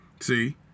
See